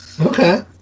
Okay